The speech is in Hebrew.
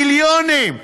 מיליונים.